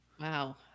Wow